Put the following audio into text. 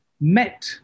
met